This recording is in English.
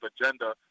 agenda—